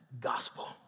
gospel